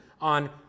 on